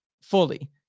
fully